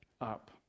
up